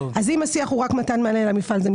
אני מבקש ממך, משרד הכלכלה,